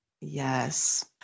Yes